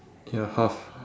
ya half